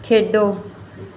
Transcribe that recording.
ਖੇਡੋ